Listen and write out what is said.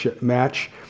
match